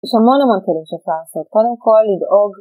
יש המון המון כלים שאפשר לעשות, קודם כל לדאוג